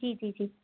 जी जी जी